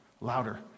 louder